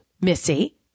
Missy